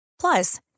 Plus